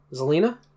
Zelina